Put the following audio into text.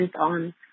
on